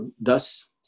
thus